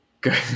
good